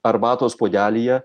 arbatos puodelyje